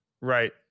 Right